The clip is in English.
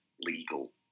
legal